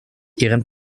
ihren